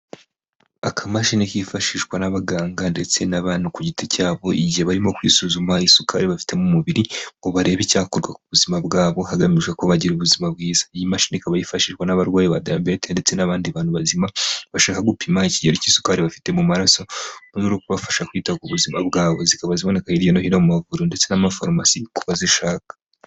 Akamashini kifashishwa n'abaganga ndetse n'abantu ku giti cyabo igihe barimo kwisuzuma isukari bafite mu mubiri ngo barebe icyakorwa ku buzima bwabo hagamijwe kubagira ubuzima bwiza, iyi mashini ikaba yifashishwa n'abarwayi ba diyabete ndetse n'abandi bantu bazima bashaka gupima ikigero cy'isukari bafite mu maraso kubafasha kwita ku buzima bwabo, zikaba ziboneka hirya no hino mu maguru ndetse n'amafarumasi ku bazishaka.